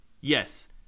Yes